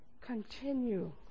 continue